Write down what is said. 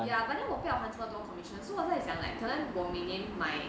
ya but then 我不要还这样多 commission 所以我在想 like 可能我每年买